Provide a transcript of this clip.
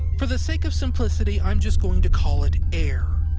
for the sake of simplicity, i'm just going to call it air.